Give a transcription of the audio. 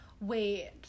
Wait